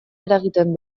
eragiten